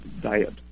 Diet